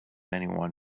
anyone